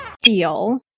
Feel